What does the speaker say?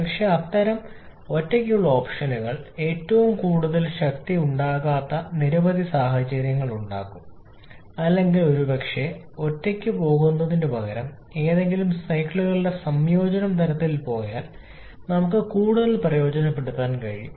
പക്ഷേ അത്തരം ഒറ്റയ്ക്കുള്ള ഓപ്ഷനുകൾ ഏറ്റവും കൂടുതൽ ശക്തി ഉണ്ടാകാത്ത നിരവധി സാഹചര്യങ്ങളുണ്ടാകും അല്ലെങ്കിൽ ഒരുപക്ഷേ ഒറ്റയ്ക്ക് പോകുന്നതിനുപകരം എന്തെങ്കിലും സൈക്കിളുകളുടെ സംയോജനം തരത്തിൽ പോയാൽ നമുക്ക് കൂടുതൽ പ്രയോജനപ്പെടുത്താൻ കഴിഞ്ഞേക്കും